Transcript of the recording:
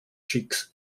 cheeks